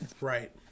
right